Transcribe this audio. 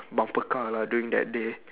bumper car lah during that day